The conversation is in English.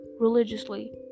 religiously